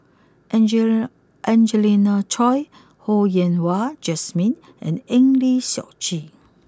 Angelina Choy Ho Yen Wah Jesmine and Eng Lee Seok Chee